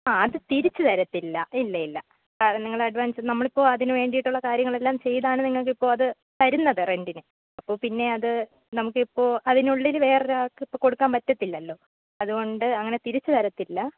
ആ അത് തിരിച്ച് തരത്തില്ല ഇല്ല ഇല്ല കാരണം നിങ്ങൾ അഡ്വാൻസ് നമ്മൾ ഇപ്പോൾ അതിനു വേണ്ടിയിട്ടുള്ള കാര്യങ്ങളെല്ലാം ചെയ്താണ് നിങ്ങൾക്ക് ഇപ്പോൾ അത് തരുന്നത് റെന്റിന് അപ്പോൾ പിന്നെ അത് നമുക്ക് ഇപ്പോൾ അതിനുള്ളിൽ വേറെ ഒരാൾക്ക് ഇപ്പോൾ കൊടുക്കാൻ പറ്റത്തില്ലല്ലോ അതുകൊണ്ട് അങ്ങനെ തിരിച്ച് തരത്തില്ല